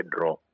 draw